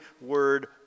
word